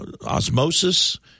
osmosis